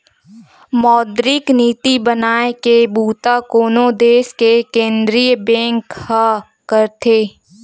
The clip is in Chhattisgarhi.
मौद्रिक नीति बनाए के बूता कोनो देस के केंद्रीय बेंक ह करथे